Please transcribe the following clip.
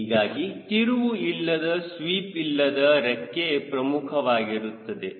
ಹೀಗಾಗಿ ತಿರುವು ಇಲ್ಲದ ಸ್ವೀಪ್ಇಲ್ಲದ ರೆಕ್ಕೆ ಪ್ರಮುಖವಾಗಿರುತ್ತದೆ